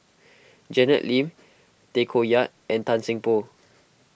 Janet Lim Tay Koh Yat and Tan Seng Poh